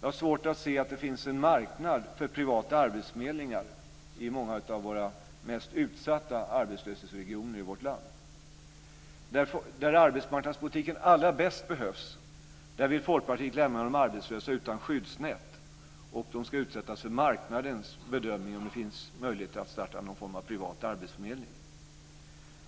Jag har svårt att se att det finns en marknad för privata arbetsförmedlingar i många av de mest utsatta arbetslöshetsregionerna i vårt land. Där arbetsmarknadspolitiken behövs allra bäst vill Folkpartiet lämna de arbetslösa utan skyddsnät. De ska utsättas för marknadens bedömning av om det finns möjligheter att starta någon form av privat arbetsförmedling.